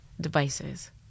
devices